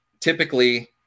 typically